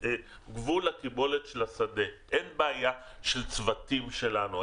גבול לקיבולת של השדה, אין בעיה של צוותים שלנו.